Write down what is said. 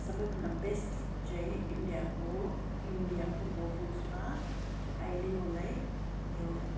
सबैभन्दा बेस्ट चाहिँ इन्डियाको इन्डियाको परफ्युम्समा आहिले मलाई यो